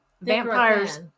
vampires